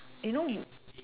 you know